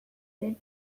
zen